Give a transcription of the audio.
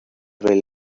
will